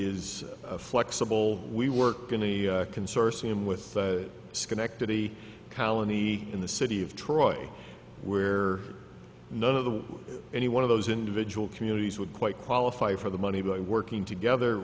is flexible we work in a consortium with schenectady colony in the city of troy where none of the any one of those individual communities would quite qualify for the money by working together